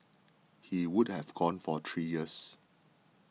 he would have gone for three years